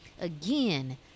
Again